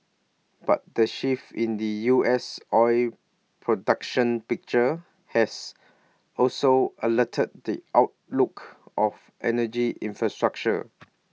but the shift in the U S oil production picture has also altered the outlook of energy infrastructure